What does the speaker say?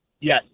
Yes